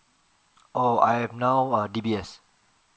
oh I have now err D_B_S